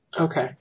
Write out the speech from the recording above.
Okay